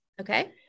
Okay